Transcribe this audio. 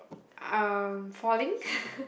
um falling